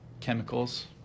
Chemicals